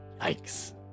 Yikes